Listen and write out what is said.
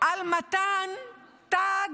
על מתן תג